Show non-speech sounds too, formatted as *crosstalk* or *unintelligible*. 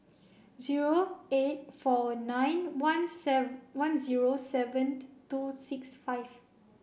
zero eight four nine one *unintelligible* one zero seven *unintelligible* two six five